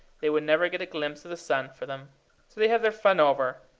they would never get a glimpse of the sun for them. so they have their fun over,